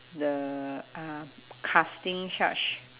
the uh casting such